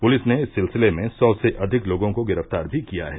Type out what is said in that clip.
police ने इस सिलसिले में सौ से अधिक लोगों को गिरफ्तार भी किया है